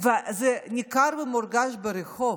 זה ניכר ומורגש ברחוב.